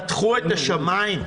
פתחו את השמים.